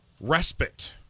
respite